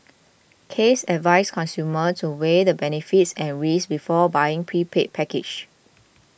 case advised consumers to weigh the benefits and risks before buying prepaid packages